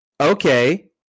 Okay